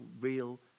real